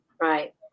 Right